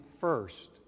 first